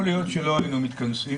יכול להיות שלא היינו מתכנסים.